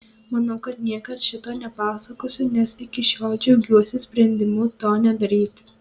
manau kad niekad šito nepasakosiu nes iki šiol džiaugiuosi sprendimu to nedaryti